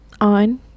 On